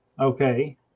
Okay